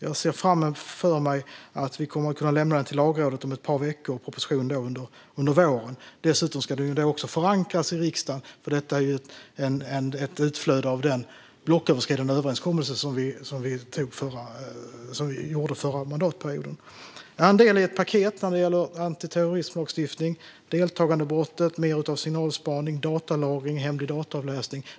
Jag ser framför mig att vi kommer att kunna lämna detta till Lagrådet om ett par veckor och att en proposition kommer under våren. Dessutom ska detta förankras i riksdagen, för det här är ett utflöde av den blocköverskridande överenskommelse som vi gjorde under förra mandatperioden. Detta är en del i ett paket när det gäller antiterrorismlagstiftning. Det handlar om deltagandebrottet, om mer av signalspaning, om datalagring och om hemlig dataavläsning.